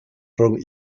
rhwng